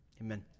Amen